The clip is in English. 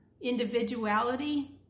individuality